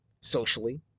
socially